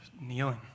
kneeling